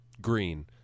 green